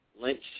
Lynch